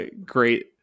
Great